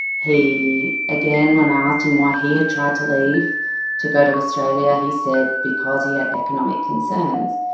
he, again, when i asked him why he had tried to leave to go to australia he said because he had economic concerns.